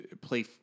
play